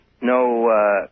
no